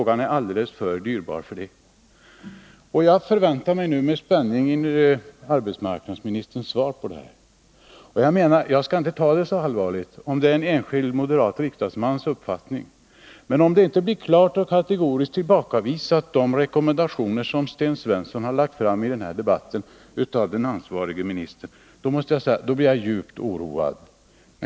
Den är alldeles för dyrbar för det. Jag väntar nu med spänning på arbetsmarknadsministerns svar på detta. Jag skall inte ta det så allvarligt, om det är en enskild moderat riksdagsmans uppfattning som kommit till uttryck. Men om de rekommendationer som Sten Svensson har lagt fram i denna debatt inte blir klart och kategoriskt tillbakavisade av den ansvarige ministern, blir jag djupt oroad.